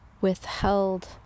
withheld